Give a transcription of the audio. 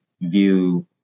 view